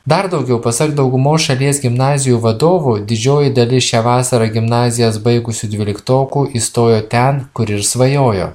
dar daugiau pasak daugumos šalies gimnazijų vadovų didžioji dalis šią vasarą gimnazijas baigusių dvyliktokų įstojo ten kur ir svajojo